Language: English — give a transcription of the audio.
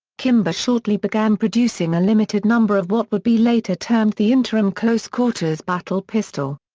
kimber shortly began producing a limited number of what would be later termed the interim close quarters battle pistol.